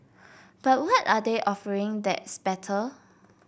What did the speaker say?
but what are they offering that's better